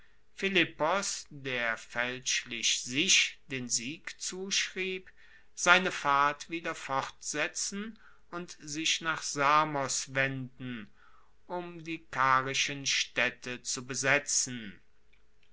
philippos der faelschlich sich den sieg zuschrieb seine fahrt weiter fortsetzen und sich nach samos wenden um die karischen staedte zu besetzen